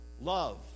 love